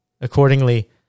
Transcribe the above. Accordingly